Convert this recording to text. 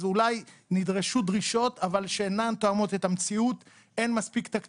אז אולי נדרשו דרישות אבל שאינן תואמות את המציאות.